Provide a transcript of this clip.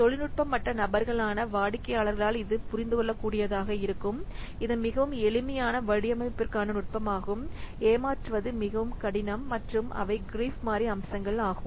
தொழில்நுட்பமற்ற நபர்களான வாடிக்கையாளர்களால் இது புரிந்துகொள்ளக்கூடியதாக இருக்கும் இது மிகவும் எளிமையான வடிவமைப்பதற்கான நுட்பமாகும் ஏமாற்றுவது மிகவும் கடினம் மற்றும் அவை கிரீப் மாறி அம்சங்கள் ஆகும்